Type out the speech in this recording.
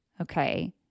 okay